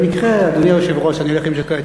במקרה, אדוני היושב-ראש, אני הולך עם ז'קט.